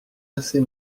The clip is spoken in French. assez